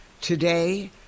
Today